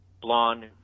Blonde